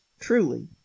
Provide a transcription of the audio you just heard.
truly